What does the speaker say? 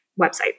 website